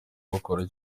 bakora